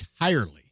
entirely